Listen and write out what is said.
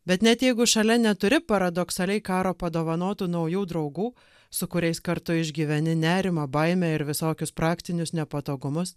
bet net jeigu šalia neturi paradoksaliai karo padovanotų naujų draugų su kuriais kartu išgyveni nerimą baimę ir visokius praktinius nepatogumus